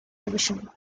division